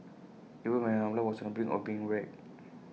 even when her umbrella was on the brink of being wrecked